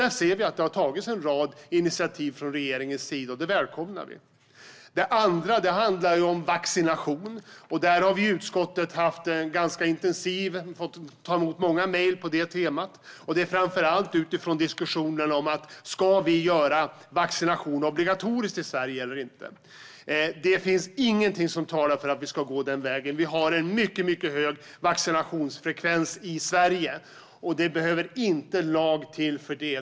Där ser vi att det har tagits en rad initiativ från regeringens sida, och det välkomnar vi. Ett andra område handlar om vaccination. Vi i utskottet har fått ta emot många mejl på det temat. Det är framför allt utifrån diskussionerna om vi ska göra vaccination obligatorisk i Sverige eller inte. Det finns ingenting som talar för att vi ska gå den vägen. Vi har en mycket hög vaccinationsfrekvens i Sverige. Det behövs inte någon lag för det.